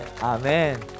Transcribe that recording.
Amen